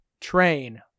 Train